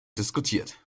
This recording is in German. diskutiert